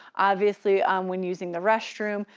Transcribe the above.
obviously when using the restroom.